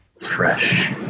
Fresh